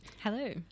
Hello